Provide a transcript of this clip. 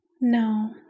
no